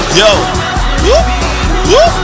yo